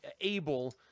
able